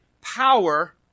power